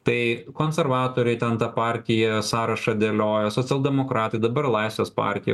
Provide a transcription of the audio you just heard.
tai konservatoriai ten tą partiją sąrašą dėlioja socialdemokratai dabar laisvės partija